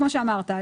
כמו שאמרת,